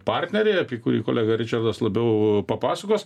partnerį apie kurį kolega ričardas labiau papasakos